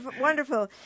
Wonderful